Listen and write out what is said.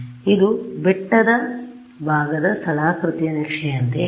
ಆದ್ದರಿಂದ ಇದು ಬೆಟ್ಟದ ಭಾಗದ ಸ್ಥಳಾಕೃತಿಯ ನಕ್ಷೆಯಂತೆ